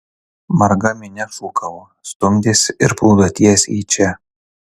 marga minia šūkavo stumdėsi ir plūdo tiesiai į čia